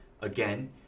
Again